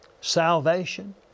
Salvation